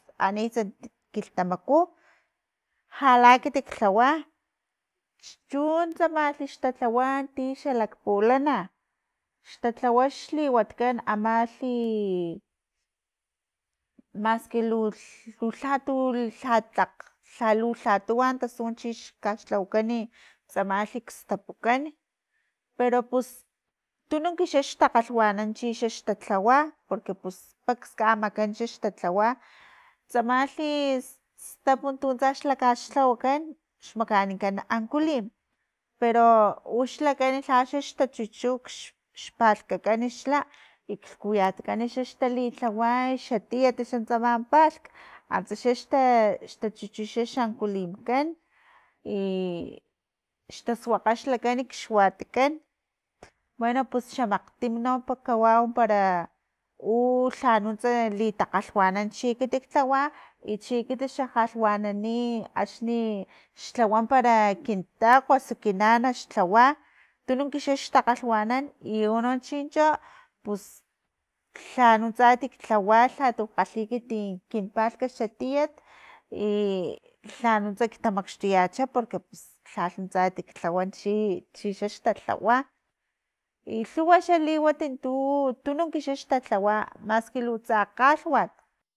Anutsa kilhtamaku lhala ekitik lhawa chuntsama xtalhawa ti xalak pulana xtalhawa xliwat kan amalhi maski lha lu- lu lhatu lhatlak lhalu lha tuwan tasu unchi xkaxlhawakani tsamalhi stapukan pero pus tununk xax takgalhwanan chixax talhawa porque pus paks kamakan xtatlawa tsamalhi stapu atsa xlakaslhawakan xmakanikan ankulim pero uxlakan lha xaxtachuchu xpalhkakan xla i lhuyat xa xtalitlawa xa tiati xan tsama palhk antsa xa xta- xtachuchu xa xankulim kan i xtasuakga xlakan nak xuatikan, bueno pues xamakgtim no kawau para uxa nuntsa li takgalhwanan chi ekiti tlawa chi ekiti xkgalhwanani i axni xlhawa para kin takgo osu ki nana xtlawa tunun xa takgalhwanan i uno chincho pus, lha nuntsa ekiti tlawa lhatu kgalhi ekiti kin palhka xa tiet i lha nuntsa tamakxtuyacha porque pus lhalh nuntsa ekiti klhawa chi chixa xtalhawa i luwa xa liwat tu tununka xa talhawa maski lu tsa kgalhwat.